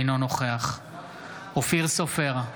אינו נוכח אופיר סופר,